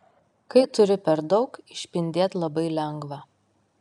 kai turi per daug išpindėt labai lengva